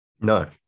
No